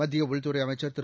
மத்திய உள்துறை அமைச்சர் திரு